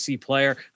player